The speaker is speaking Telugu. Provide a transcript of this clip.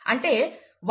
అంటే ½ x ¼ ⅛